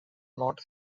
not